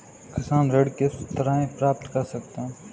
किसान ऋण किस तरह प्राप्त कर सकते हैं?